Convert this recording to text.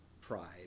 pride